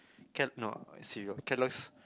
Kel~ no ah cereal Kellogg's